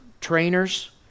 trainers